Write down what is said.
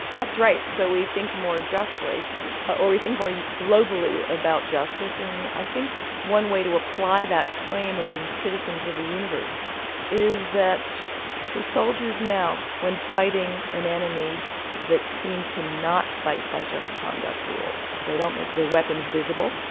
that's right, so we think more justly or we think more globally about justice, and i think one way to apply that claim of being citizens of the universe is that for soldiers now, when fighting an enemy that seems to not fight by just conduct rules, they don't make their weapons visible,